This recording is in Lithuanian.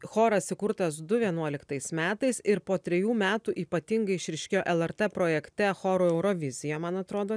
choras įkurtas du vienuoliktais metais ir po trejų metų ypatingai išryškėjo lrt projekte chorų eurovizija man atrodo